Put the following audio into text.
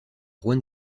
juan